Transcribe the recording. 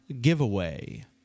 giveaway